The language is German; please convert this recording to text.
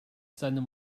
seinem